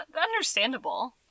understandable